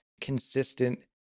consistent